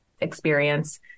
experience